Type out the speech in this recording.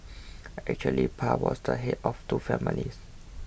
actually Pa was the head of two families